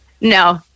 No